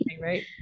right